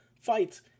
fights